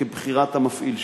כבחירת המפעיל שלו,